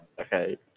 okay